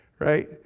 right